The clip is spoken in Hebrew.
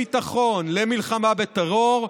לביטחון, למלחמה בטרור,